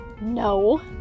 No